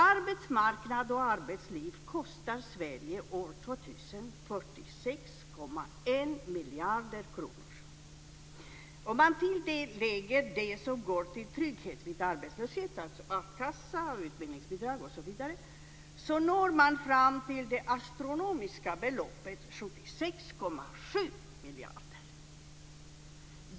Arbetsmarknad och arbetsliv kostar Sverige år 2000 46,1 miljarder kronor. Om man till det lägger det som går till trygghet vid arbetslöshet, alltså akassa, utbildningsbidrag, osv., når man fram till det astronomiska beloppet 76,7 miljarder kronor.